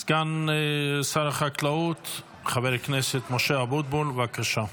סגן שר החקלאות, חבר הכנסת משה אבוטבול, בבקשה.